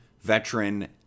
veteran